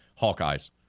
Hawkeyes